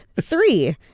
Three